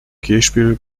kirchspiel